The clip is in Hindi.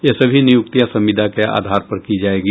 ये सभी नियुक्तियां संविदा के आधार पर की जायेगी